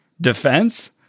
Defense